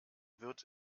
wird